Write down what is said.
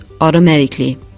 automatically